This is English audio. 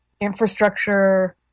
infrastructure